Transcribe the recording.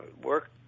work